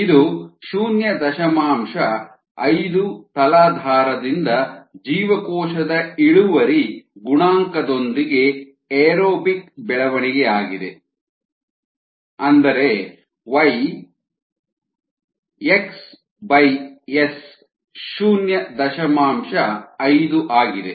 ಇದು ಶೂನ್ಯ ದಶಮಾಂಶ ಐದು ತಲಾಧಾರದಿಂದ ಜೀವಕೋಶದ ಇಳುವರಿ ಗುಣಾಂಕದೊಂದಿಗೆ ಏರೋಬಿಕ್ ಬೆಳವಣಿಗೆಯಾಗಿದೆ ಅಂದರೆ Y x S ಶೂನ್ಯ ದಶಮಾಂಶ ಐದು ಆಗಿದೆ